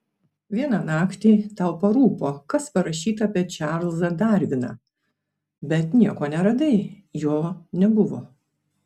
vieną naktį tau parūpo kas parašyta apie čarlzą darviną bet nieko neradai jo nebuvo